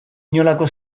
inolako